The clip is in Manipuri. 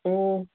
ꯎꯝ